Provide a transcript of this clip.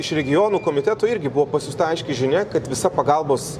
iš regionų komiteto irgi buvo pasiųsta aiški žinia kad visa pagalbos